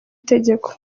itegeko